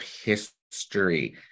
history